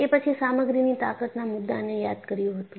એ પછીસામગ્રીની તાકતના મુદ્દાને યાદ કર્યું હતું